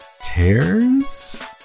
tears